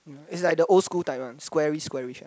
is like the old school type one squarish squarish one